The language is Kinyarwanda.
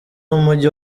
w’umujyi